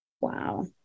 Wow